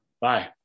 bye